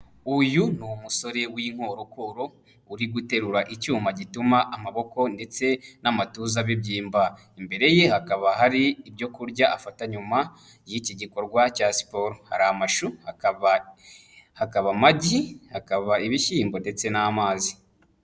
Uyu ni umusore w'inkorokoro uri guterura icyuma gituma amaboko ndetse n'amatuza bibyimba, imbere ye hakaba hari ibyo kurya afata nyuma y'iki gikorwa cya siporo, hari amashu, hakaba amagi, hakaba ibishyimbo ndetse n'amazi.